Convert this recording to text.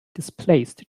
displaced